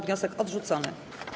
Wniosek odrzucony.